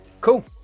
Cool